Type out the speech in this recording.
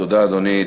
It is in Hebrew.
תודה, אדוני.